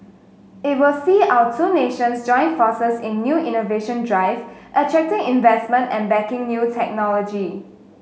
it will see our two nations join forces in a new innovation drive attracting investment and backing new technology